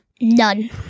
None